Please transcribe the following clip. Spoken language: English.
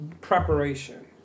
preparation